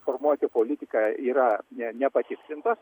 formuoti politiką yra ne nepatikrintas